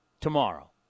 tomorrow